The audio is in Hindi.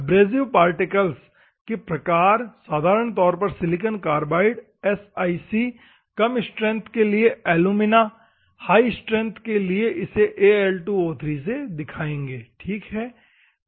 एब्रेसिव मैटेरियल के प्रकार साधारण तौर पर सिलिकॉन कार्बाइड SiC कम स्ट्रैंथ के लिए एलुमिना हाई स्ट्रैंथ मैटेरियल के लिए इसे Al2O3 से दिखाएंगे ठीक है